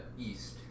east